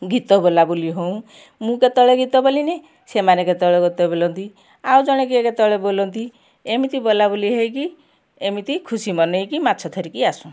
ଗୀତ ବୋଲାବୋଲି ହେଉ ମୁଁ କେତେବେଳେ ଗୀତ ବୋଲିଲି ସେମାନେ କେତେବେଳେ ଗୀତ ବୋଲନ୍ତି ଆଉ ଜଣେ ଯିଏ କେତେବେଳେ ବୋଲନ୍ତି ଏମିତି ବୋଲାବୋଲି ହେଇକି ଏମିତି ଖୁସି ମନାଇକି ମାଛ ଧରିକି ଆସୁ